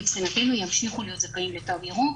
מבחינתנו ימשיכו להיות זכאים לתו ירוק,